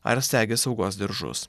ar segi saugos diržus